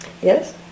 Yes